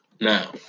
Now